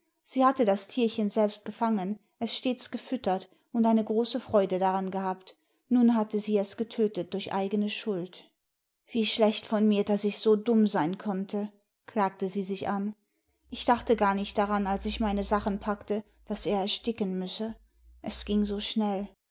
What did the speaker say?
sie hatte das tierchen selbst gefangen es stets gefüttert und eine große freude daran gehabt nun hatte sie es getötet durch eigne schuld wie schlecht von mir daß ich so dumm sein konnte klagte sie sich an ich dachte gar nicht daran als ich meine sachen packte daß er ersticken müsse es ging so schnell